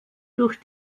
durch